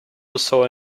also